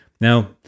Now